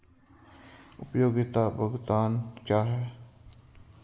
उपयोगिता भुगतान क्या हैं?